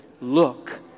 look